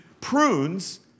prunes